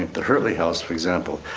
the heurtley house for example,